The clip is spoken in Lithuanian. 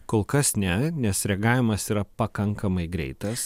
kol kas ne nes reagavimas yra pakankamai greitas